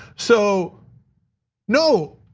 so no,